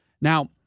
Now